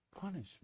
punishment